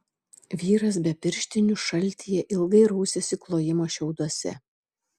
vyras be pirštinių šaltyje ilgai rausėsi klojimo šiauduose